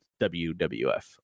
WWF